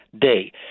day